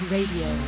Radio